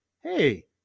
Hey